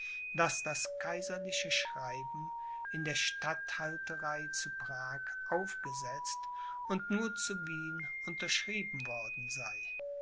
daß das kaiserliche schreiben in der statthalterei zu prag aufgesetzt und nur zu wien unterschrieben worden sei